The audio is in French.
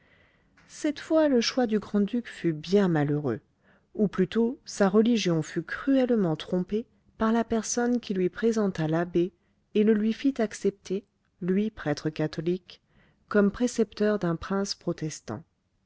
cette fois le choix du grand-duc fut bien malheureux ou plutôt sa religion fut cruellement trompée par la personne qui lui présenta l'abbé et le lui fit accepter lui prêtre catholique comme précepteur d'un prince protestant